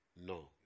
No